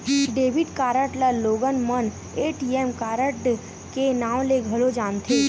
debit card ल लोगन मन ए.टी.एम कारड के नांव ले घलो जानथे